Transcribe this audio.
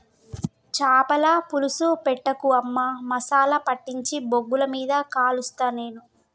చాపల పులుసు పెట్టకు అమ్మా మసాలా పట్టించి బొగ్గుల మీద కలుస్తా నేను